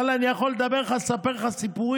ואללה, אני יכול לדבר, לספר לך סיפורים